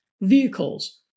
vehicles